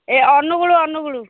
ଏ Angul Angul